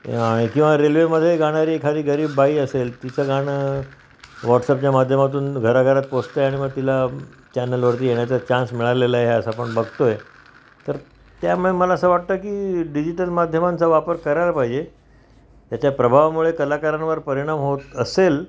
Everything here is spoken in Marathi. किंवा रेल्वेमधे गाणारी एखादी गरीब बाई असेल तिचं गाणं व्हॉट्सअपच्या माध्यमातून घरा पोचतंय आणि मग तिला चॅनलवरती येण्याचा चान्स मिळालेला आहे असं आपण बघतोय तर त्यामुळे मला असं वाटतं की डिजिटल माध्यमांचा वापर करायला पाहिजे त्याच्या प्रभावामुळे कलाकारांवर परिणाम होत असेल